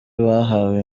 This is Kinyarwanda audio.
bahawe